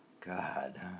God